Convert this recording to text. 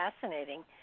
fascinating